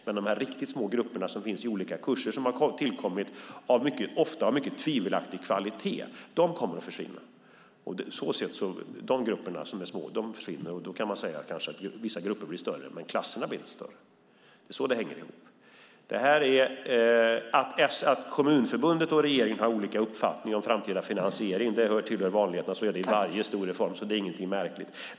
Men de riktigt små grupperna som finns i olika kurser som har tillkommit - kurser av ofta mycket tvivelaktig kvalitet - kommer att försvinna. Då kan man kanske säga att vissa grupper blir större, men klasserna blir inte större. Det är så det hänger ihop. Att SKL och regeringen har olika uppfattningar om framtida finansiering hör till vanligheterna. Så är det vid varje stor reform. Det är ingenting märkligt.